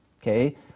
okay